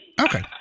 Okay